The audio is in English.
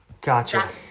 Gotcha